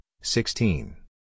sixteen